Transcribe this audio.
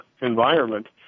environment